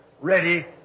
ready